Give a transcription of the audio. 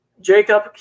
Jacob